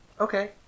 okay